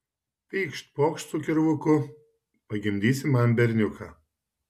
pykšt pokšt su kirvuku pagimdysi man berniuką